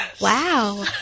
wow